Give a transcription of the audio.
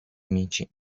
amici